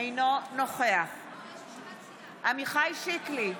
אינו נוכח עמיחי שיקלי,